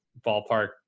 ballpark